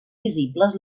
visibles